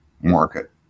market